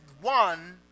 one